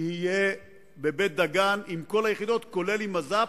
יהיה בבית-דגן, עם כל היחידות, לרבות המז"פ.